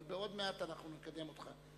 אבל עוד מעט אנחנו נקדם אותך.